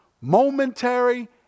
Momentary